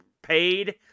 Paid